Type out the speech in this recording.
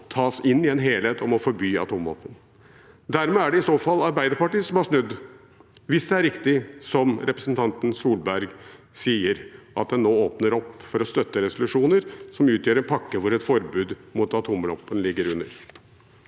tas inn i en helhet om å forby atomvåpen. Dermed er det i så fall Arbeiderpartiet som har snudd, hvis det er riktig som representanten Tvedt Solberg sier, at en nå åpner opp for å støtte resolusjoner som utgjør en pakke hvor et forbud mot atomvåpen ligger under.